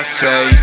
say